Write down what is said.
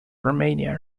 romania